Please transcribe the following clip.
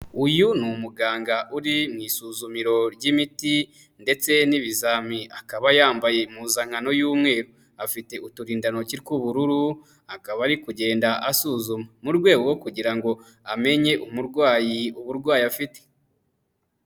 Uyu ni umuganga uri mu isuzumiro ry'imiti ndetse n'ibizami akaba yambaye impuzankano y'umweru, afite uturindantoki tw'ubururu akaba ari kugenda asuzuma mu rwego kugira ngo amenye umurwayi uburwayi afite.